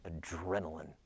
adrenaline